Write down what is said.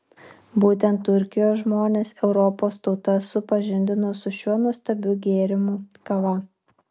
būtent turkijos žmonės europos tautas supažindino su šiuo nuostabiu gėrimu kava